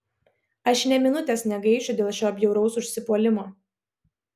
aš nė minutės negaišiu dėl šio bjauraus užsipuolimo